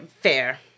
Fair